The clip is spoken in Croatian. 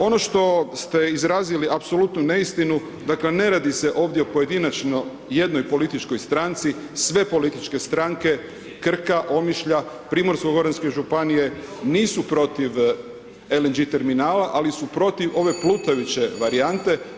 Ono što ste izrazili apsolutnu neistinu, dakle, ne radi se ovdje o pojedinačno jednoj političkoj stranci, sve političke stranke Krka, Omišlja, Primorsko goranske županije nisu protiv LNG terminala, ali su protiv ove plutajuće varijante.